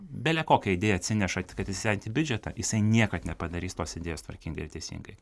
bele kokią idėją atsineša tik kad įsisavinti biudžetą jisai niekad nepadarys tos idėjos tvarkingai ir teisingai